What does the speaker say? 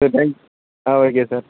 சரி thank you ah okay sir